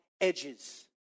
edges